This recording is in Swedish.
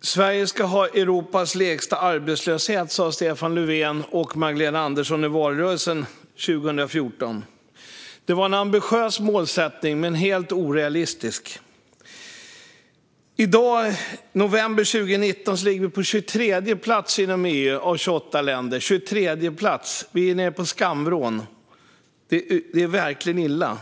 Sverige ska ha Europas lägsta arbetslöshet, sa Stefan Löfven och Magdalena Andersson i valrörelsen 2014. Det var en ambitiös målsättning, men helt orealistisk. I dag, november 2019, ligger vi på plats 23 inom EU av 28 länder. Vi är i skamvrån, och det är verkligen illa.